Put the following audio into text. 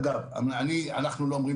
אגב, אנחנו לא אומרים